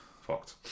fucked